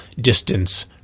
distance